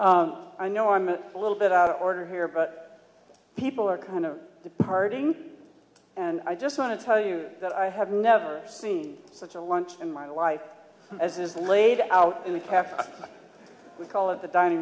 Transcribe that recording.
motion i know i'm a little bit out of order here but people are kind of departing and i just want to tell you that i have never seen such a lunch in my life as is laid out in the cafe we call it the dining